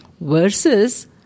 versus